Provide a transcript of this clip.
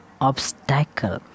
obstacle